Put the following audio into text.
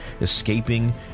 escaping